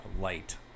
light